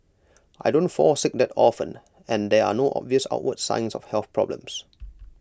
I don't fall sick that often and there are no obvious outward signs of health problems